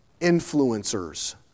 influencers